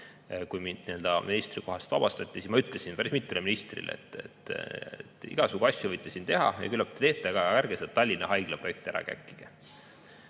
kui mind ministrikohalt vabastati, siis ma ütlesin päris mitmele ministrile, et igasugu asju võite teha ja küllap teetegi, aga ärge seda Tallinna Haigla projekti ära käkkige.